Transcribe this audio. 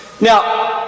Now